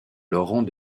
laurent